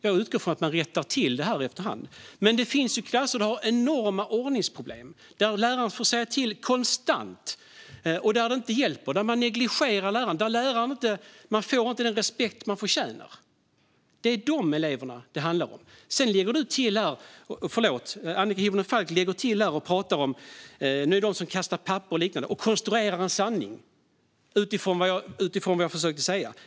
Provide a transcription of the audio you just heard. Jag utgår från att man rättar till efter hand. Men det finns klasser där det råder enorma ordningsproblem, där läraren får säga till konstant men det hjälper inte, där läraren negligeras, där läraren inte får den respekt denne förtjänar. Det är de eleverna det handlar om. Sedan pratar Annika Hirvonen Falk om dem som kastar papper och liknande - och konstruerar en sanning utifrån vad jag har försökt att säga.